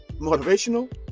Motivational